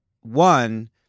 one